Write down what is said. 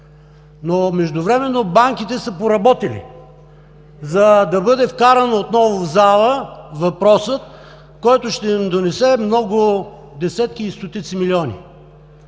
но междувременно банките са поработили, за да бъде вкаран отново в зала въпросът, който ще им донесе много – десетки и стотици милиони.